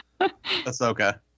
Ahsoka